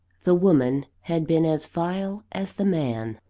the woman had been as vile as the man.